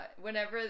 Whenever